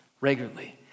regularly